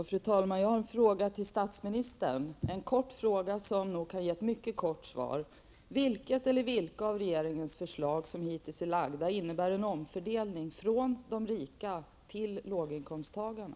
Fru talman! Jag har en kort fråga till statsministern på vilken nog kan ges ett mycket kort svar: Vilket eller vilka av regeringens förslag som hittills framlagts innebär en omfördelning från de rika till låginkomsttagarna?